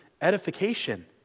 edification